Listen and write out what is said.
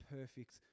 perfect